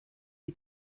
die